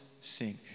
sink